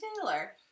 Taylor